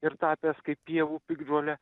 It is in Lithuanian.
ir tapęs kaip pievų piktžole